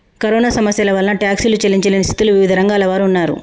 corona సమస్య వలన టాక్సీలు చెల్లించలేని స్థితిలో వివిధ రంగాల వారు ఉన్నారు